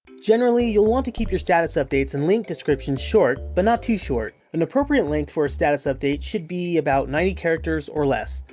generally, you'll want to keep your status updates and link descriptions short but not too short. an appropriate length for a status update should be about ninety characters or less.